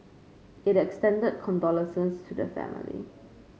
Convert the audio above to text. it extended condolences to the family